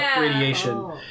radiation